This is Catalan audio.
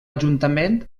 ajuntament